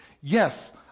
Yes